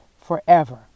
forever